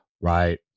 right